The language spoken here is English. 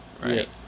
right